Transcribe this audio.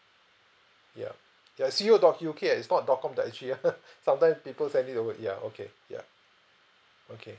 ya ya co dot U_K ah it's not dot com dot sg ah sometimes people send it over ya okay ya okay